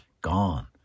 gone